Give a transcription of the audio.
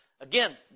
again